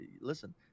listen